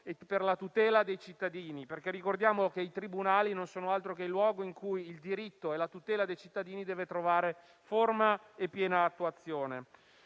per la tutela dei cittadini. Ricordiamo che i tribunali non sono altro che il luogo in cui il diritto e la tutela dei cittadini devono trovare forma e piena attuazione.